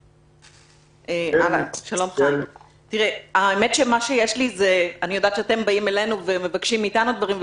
אני יודעת שאתם באים אלינו ומבקשים מאיתנו דברים.